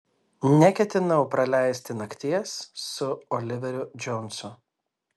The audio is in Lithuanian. neketinau praleisti nakties su oliveriu džonsu